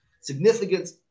significance